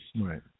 right